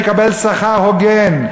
ויקבל שכר הוגן,